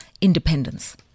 independence